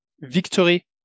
victory